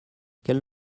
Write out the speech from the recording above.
quelle